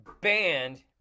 banned